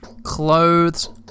...clothes